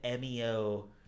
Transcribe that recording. MEO